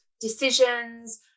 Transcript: decisions